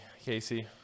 Casey